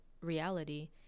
reality